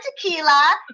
tequila